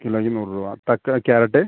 കിലോയ്ക്ക് നൂറ് രൂപ തക്ക ക്യാരറ്റ്